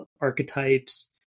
archetypes